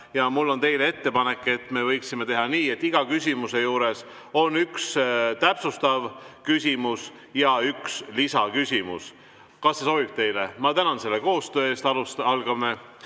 Mul on teile ettepanek: me võiksime teha nii, et iga küsimuse juures on üks täpsustav küsimus ja üks lisaküsimus. Kas see sobib teile? Ma tänan selle koostöö eest. Alustame.